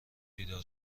بیدار